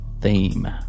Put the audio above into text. theme